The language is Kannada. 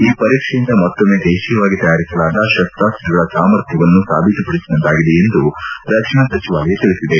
ಈ ಪರೀಕ್ಷೆಯಿಂದ ಮತ್ತೊಮ್ನೆ ದೇಶೀಯವಾಗಿ ತಯಾರಿಸಲಾದ ಶಸ್ತಾಶ್ರಗಳ ಸಾಮರ್ಥ್ಯವನ್ನು ಸಾಬೀತುಪಡಿಸಿದಂತಾಗಿದೆ ಎಂದು ರಕ್ಷಣಾ ಸಚಿವಾಲಯ ತಿಳಿಸಿದೆ